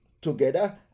together